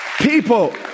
People